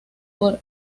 por